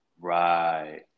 Right